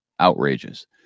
outrageous